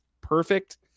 perfect